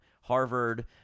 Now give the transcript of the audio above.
Harvard